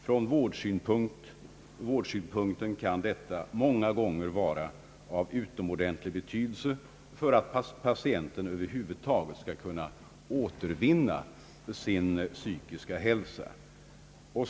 Från vårdsynpunkt kan detta många gånger vara av utomordentlig betydelse för att patienten över huvud taget skall kunna återvinna sin psykiska hälsa.